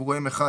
שסיווגו M1